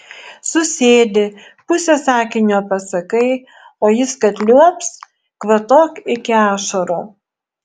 susėdi pusę sakinio pasakai o jis kad liuobs kvatok iki ašarų